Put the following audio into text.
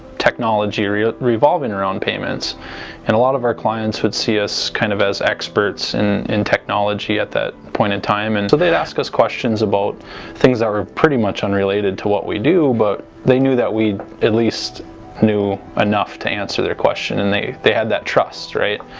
technology yeah revolving around payments and a lot of our clients would see us kind of as experts in in technology at that point in time and so they'd ask us questions about things are pretty much unrelated to what we do but they knew that we at least knew enough to answer their question and they they had that trust right